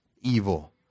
evil